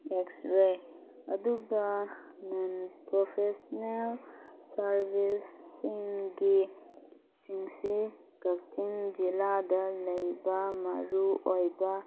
X ray ꯑꯗꯨꯒ ꯅꯟ professional ꯁꯥꯔꯕꯤꯁꯁꯤꯡꯒꯤ ꯁꯤꯡꯁꯤ ꯀꯛꯆꯤꯡ ꯖꯤꯂꯥꯗ ꯂꯩꯕ ꯃꯔꯨ ꯑꯣꯏꯕ